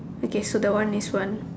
okay so the one is one